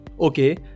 Okay